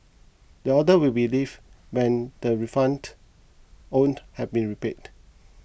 the order will be lifted when the refund owed have been repaid